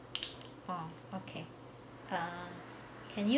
ah ok uh can yo~